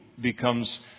becomes